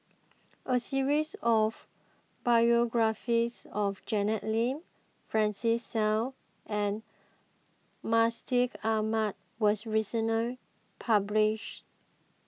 a series of biographies of Janet Lim Francis Seow and Mustaq Ahmad was recently published